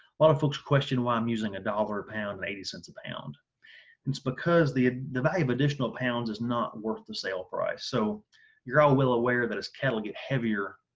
lot of folks would question why i'm using a dollar a pound and eighty cents a pound it's because the the value of additional pounds is not worth the sale price. so you're all well aware that as cattle get heavier,